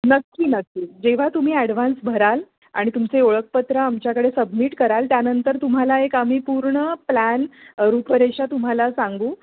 नक्की नक्की जेव्हा तुम्ही ॲडव्हान्स भराल आणि तुमचे ओळखपत्र आमच्याकडे सबमिट कराल त्यानंतर तुम्हाला एक आम्ही पूर्ण प्लॅन रूपरेषा तुम्हाला सांगू